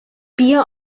bier